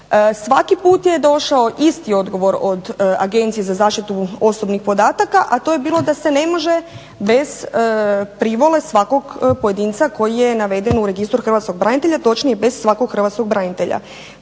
Svaki put je došao isti odgovor od Agencije za zaštitu osobnih podataka a to je bilo da se ne može bez privole svakog pojedinca koji je naveden u Registru hrvatskog branitelja, točnije bez svakog hrvatskog branitelja.